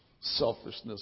selfishness